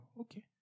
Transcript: Okay